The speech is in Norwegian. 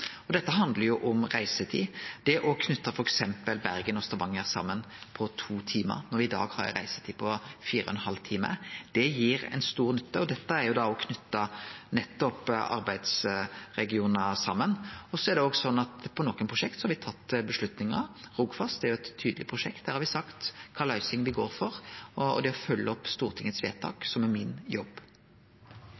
Dette handlar jo om reisetid. Å knyte f.eks. Bergen og Stavanger saman på to timar, når me i dag har ei reisetid på fire og ein halv time, gir ei stor nytte. Dette er å knyte arbeidsregionar saman. Det er òg slik at for nokre prosjekt har me tatt avgjerder. Rogfast er eit tydeleg prosjekt der me har sagt kva løysing me går for, og det er å følgje opp Stortingets vedtak